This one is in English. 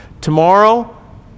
Tomorrow